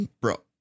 bro